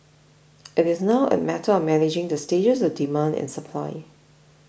it is now a matter of managing the stages of demand and supply